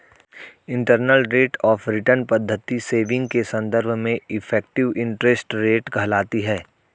internal rate of return पद्धति saving के संदर्भ में इफेक्टिव इंटरेस्ट रेट कहलाती है